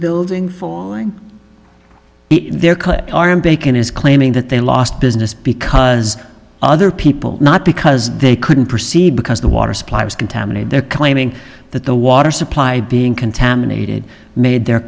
building for going there aren't bacon is claiming that they lost business because other people not because they couldn't proceed because the water supply was contaminated they're claiming that the water supply being contaminated made their